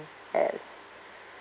yes